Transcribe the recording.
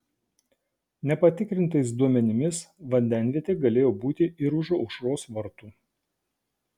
nepatikrintais duomenimis vandenvietė galėjo būti ir už aušros vartų